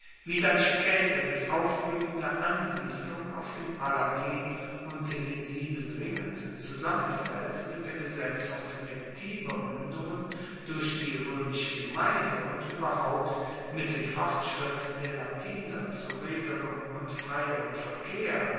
wie dann spaeter die aufbluehende ansiedlung auf dem palatin und in den sieben ringen zusammenfaellt mit der besetzung der tibermuendungen durch die roemische gemeinde und ueberhaupt mit dem fortschritt der latiner zu regerem und freierem verkehr